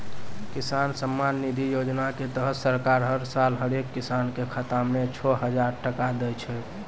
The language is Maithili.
किसान सम्मान निधि योजना के तहत सरकार हर साल हरेक किसान कॅ खाता मॅ छो हजार टका दै छै